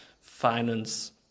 finance